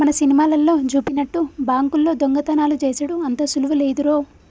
మన సినిమాలల్లో జూపినట్టు బాంకుల్లో దొంగతనాలు జేసెడు అంత సులువు లేదురో